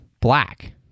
black